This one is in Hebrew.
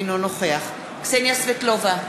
אינו נוכח קסניה סבטלובה,